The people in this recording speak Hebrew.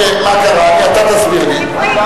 מה קרה, אתה תסביר לי.